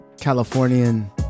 Californian